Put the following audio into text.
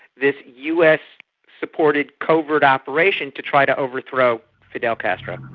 this us supported covert operation to try to overthrow fidel castro.